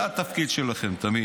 זה התפקיד שלכם, תמיד.